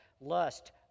lust